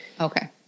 okay